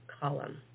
column